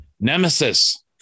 Nemesis